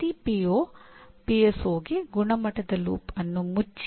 ಪ್ರತಿ ಪಿಒ ಗುಣಮಟ್ಟದ ಲೂಪ್ ಅನ್ನು ಮುಚ್ಚಿ